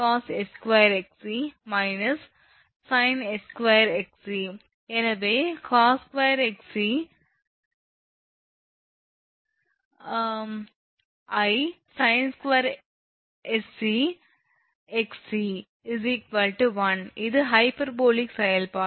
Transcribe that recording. எனவே cosh2 𝑥𝑐 insinh2 𝑥𝑐 1 இது hyperbolic செயல்பாடு